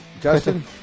Justin